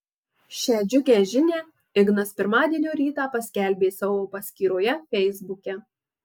šią džiugią žinią ignas pirmadienio rytą paskelbė savo paskyroje feisbuke